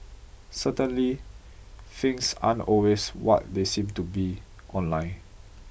certainly things aren't always what they seem to be online